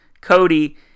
Cody